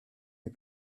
les